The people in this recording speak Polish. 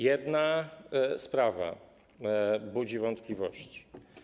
Jedna sprawa budzi wątpliwości.